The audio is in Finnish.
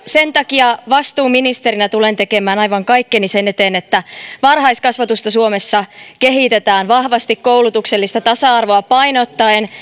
sen takia vastuuministerinä tulen tekemään aivan kaikkeni sen eteen että varhaiskasvatusta suomessa kehitetään vahvasti koulutuksellista tasa arvoa painottaen